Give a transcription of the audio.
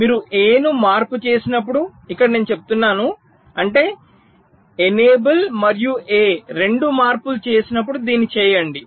మీరు a ను మార్పు చేసినప్పుడు ఇక్కడ నేను చెబుతున్నాను అంటే ఎనేబుల్ మరియు ఎ రెండు మార్పులు చేసినప్పుడు దీన్ని చేయండి